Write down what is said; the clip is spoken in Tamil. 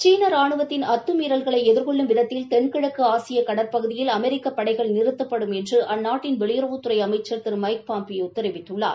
சீன ரானுவத்தின் அத்துமீறல்களை எதிர்கொள்ளும் விதத்தில் தென்கிழக்கு ஆசிய கடற்பகுதியில் அமெரிக்க பளடகள் நிறுத்தப்படும் என்று அந்நாட்டின் வெளியுறவுத்துறை அமைச்சா் திரு மைக் பாம்பியோ தெரிவித்துள்ளார்